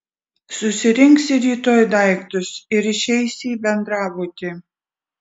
susirinksi rytoj daiktus ir išeisi į bendrabutį